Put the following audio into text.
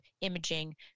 imaging